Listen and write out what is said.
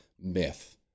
myth